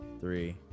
three